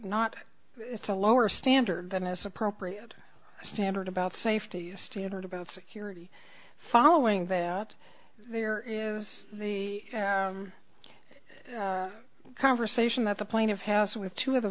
not it's a lower standard than is appropriate standard about safety standard about security following that there is the conversation that the plane of hassle with two of the